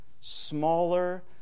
smaller